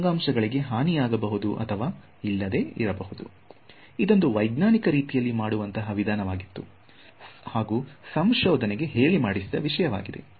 ಆದ್ದರಿಂದ ಅಂಗಾಂಶಗಳಿಗೆ ಹಾನಿಯಾಗಬಹುದು ಅಥವಾ ಇಲ್ಲದಿರಬಹುದು ಇದೊಂದು ವೈಜ್ಞಾನಿಕ ರೀತಿಯಲ್ಲಿ ಮಾಡುವಂತಹ ವಿಧಾನವಾಗಿತ್ತು ಹಾಗೂ ಸಂಶೋಧನೆಗೆ ಹೇಳಿಮಾಡಿಸಿದ ವಿಷಯವಾಗಿದೆ